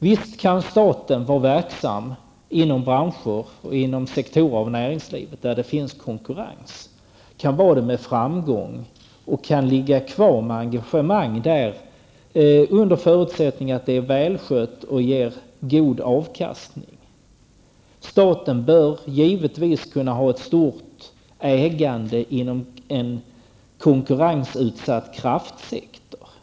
Visst kan staten vara verksam inom branscher och sektorer av näringslivet där det finns konkurrens -- och detta med framgång -- och finnas kvar där med sitt engagemang under förutsättning att det är välskötta företag som ger god avkastning. Staten bör givetvis kunna ha ett stort ägande inom den konkurrensutsatta kraftsektorn.